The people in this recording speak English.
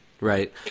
Right